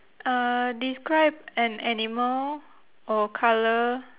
uh describe an animal or colour